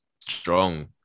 strong